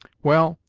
well,